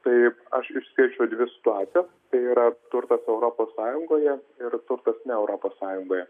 taip aš išskirčiau dvi situacijas tai yra turtas europos sąjungoje ir turtas ne europos sąjungoje